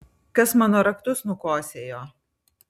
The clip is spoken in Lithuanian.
kas mano raktus nukosėjo